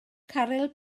caryl